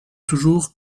toujours